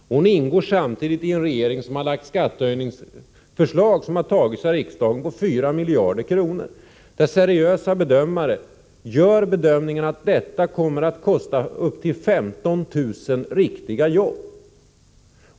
Hon ingår emellertid samtidigt i en regering som har lagt fram skattehöjningsförslag på 4 miljarder kronor, och dessa har beslutats av regeringen. Seriösa bedömare gör bedömningen att detta kommer att kosta upp till 15 000 riktiga arbeten.